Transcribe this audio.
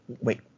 wait